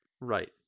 Right